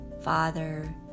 Father